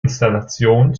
installation